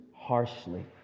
harshly